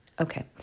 Okay